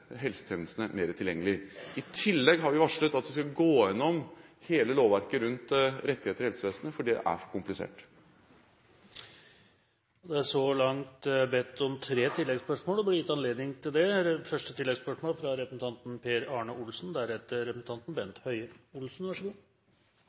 helsetjenestene mer tilgjengelige. I tillegg har vi varslet at vi skal gå igjennom hele lovverket rundt rettigheter i helsevesenet, for det er for komplisert. Det er så langt bedt om tre tilleggsspørsmål, og det blir gitt anledning til det – først fra representanten Per Arne Olsen.